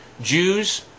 Jews